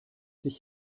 sich